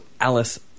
Alice